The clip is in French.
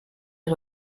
est